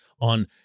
on